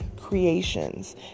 Creations